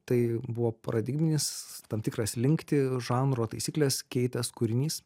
tai buvo paradigminis tam tikrą slinktį žanro taisykles keitęs kūrinys